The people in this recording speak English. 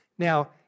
Now